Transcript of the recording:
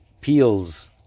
peels